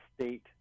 state